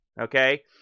Okay